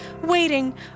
waiting